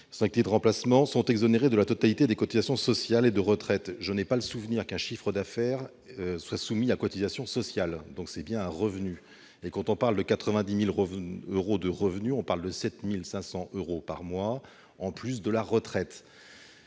activité de remplacement sont exonérés de la totalité des cotisations sociales et de retraite [...]». Or je n'ai pas le souvenir qu'un chiffre d'affaires soit soumis à cotisations sociales. Il s'agit donc de revenus. Et lorsque l'on parle de 90 000 euros de revenus, cela correspond à 7 500 euros par mois en plus de la retraite.